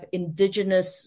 indigenous